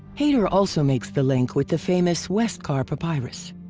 hayter also makes the link with the famous westcar papyrus.